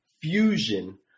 fusion